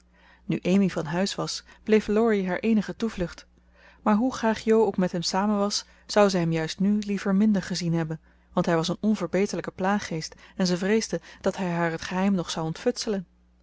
nu amy van huis was bleef laurie haar eenige toevlucht maar hoe graag jo ook met hem samen was zou ze hem juist nu liever minder gezien hebben want hij was een onverbeterlijke plaaggeest en ze vreesde dat hij haar t geheim nog zou ontfutselen